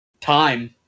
Time